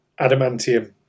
Adamantium